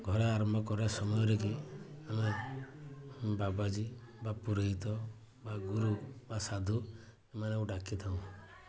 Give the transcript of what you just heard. ଘର ଆରମ୍ଭ କରିବା ସମୟରେ କି ଆମେ ବାବାଜୀ ବା ପୁରୋହିତ ବା ଗୁରୁ ବା ସାଧୁ ଏମାନଙ୍କୁ ଡାକିଥାଉ